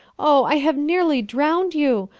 oh, i have nearly drowned you!